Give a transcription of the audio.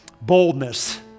boldness